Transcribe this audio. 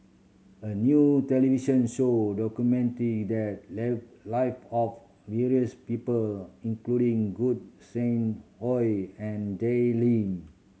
a new television show documented the live of various people including Gog Sing Hooi and Jay Lim